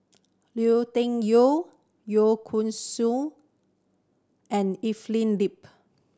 Lui Tuck Yew Kway Song and Evelyn Lip